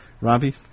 Robbie